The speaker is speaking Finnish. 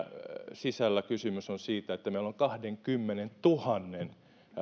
sisällä on kysymys siitä että meillä on kahdenkymmenentuhannen